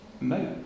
No